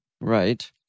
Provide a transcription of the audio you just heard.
Right